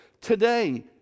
today